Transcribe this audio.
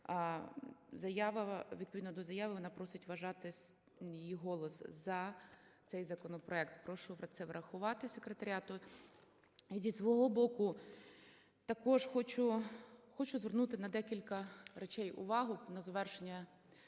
Відповідно до заяви вона просить вважати її голос за цей законопроект. Прошу про це врахувати секретаріат. Зі свого боку також хочу, хочу звернути на декілька речей увагу на завершення